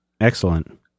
Excellent